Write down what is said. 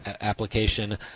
application